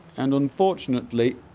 and unfortunately